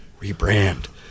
rebrand